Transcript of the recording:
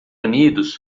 unidos